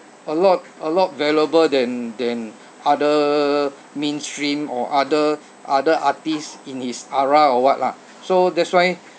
a lot a lot valuable than than other mainstream or other other artists in his era or [what] lah so that's why